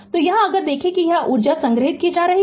तो यहाँ अगर देखें कि यह ऊर्जा संग्रहीत की जा रही है